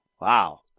Wow